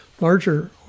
Larger